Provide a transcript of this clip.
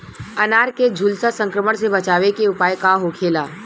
अनार के झुलसा संक्रमण से बचावे के उपाय का होखेला?